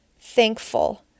thankful